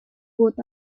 both